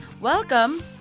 Welcome